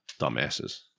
dumbasses